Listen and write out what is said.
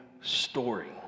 story